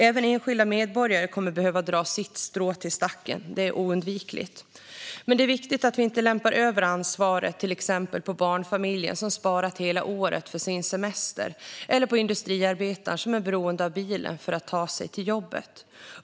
Även enskilda medborgare kommer att behöva dra sitt strå till stacken; det är oundvikligt. Men det är viktigt att vi inte lämpar över ansvaret på till exempel barnfamiljen som har sparat hela året till sin semester eller på industriarbetaren som är beroende av bilen för att kunna ta sig till jobbet.